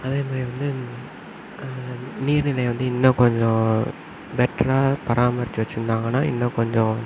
அதே மாதிரி வந்து நீர் நிலையை வந்து இன்னம் கொஞ்சம் பெட்டராக பராமரிச்சு வச்சுருந்தாங்கன்னா இன்னமும் கொஞ்சம்